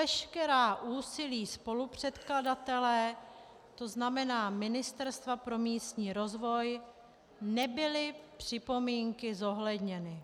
Přes veškerá úsilí spolupředkladatele, tzn. Ministerstva pro místní rozvoj, nebyly připomínky zohledněny.